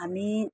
हामी